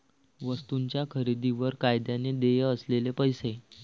वस्तूंच्या खरेदीवर कायद्याने देय असलेले पैसे